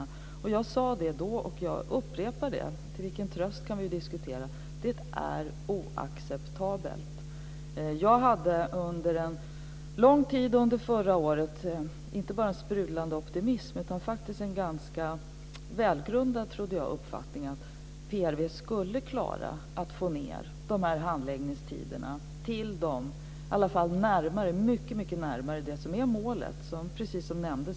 Jag sade då, och jag upprepar - till vilken tröst kan vi diskutera - att det är oacceptabelt. Jag kände under en lång tid förra året en sprudlande optimism och hade faktiskt också en ganska välgrundad, trodde jag, uppfattning om att PRV skulle klara att få ned handläggningstiderna mycket närmare målet. Det är, precis som nämndes här, tio månader.